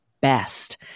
best